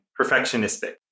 perfectionistic